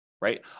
right